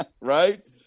Right